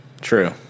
True